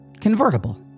Convertible